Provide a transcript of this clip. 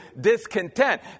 discontent